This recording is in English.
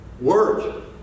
Work